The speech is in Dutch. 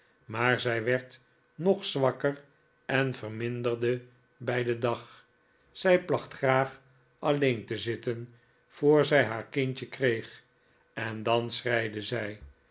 maar zij werd nog zwakker en verminderde bij den dag zij placht graag alleen te zitten voor zij haar kindje kreeg en dan schreide zij